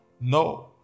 No